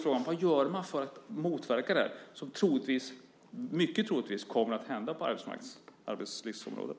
Frågan är vad man gör för att motverka det som mycket troligtvis kommer att hända på arbetslivsområdet.